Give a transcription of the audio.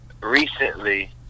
recently